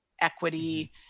equity